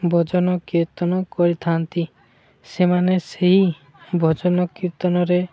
ଭଜନ କୀର୍ତ୍ତନ କରିଥାନ୍ତି ସେମାନେ ସେହି ଭଜନ କୀର୍ତ୍ତନରେ